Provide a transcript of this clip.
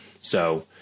So-